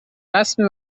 رسمی